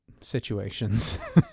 situations